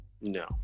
No